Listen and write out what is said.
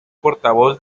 portavoz